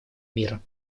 мира